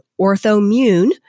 OrthoMune